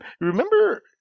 Remember